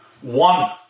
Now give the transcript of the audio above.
one